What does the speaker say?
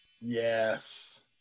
Yes